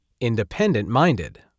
independent-minded